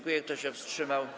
Kto się wstrzymał?